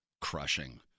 crushing